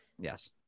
Yes